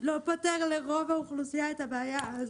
פותר לרוב האוכלוסייה את הבעיה.